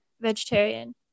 vegetarian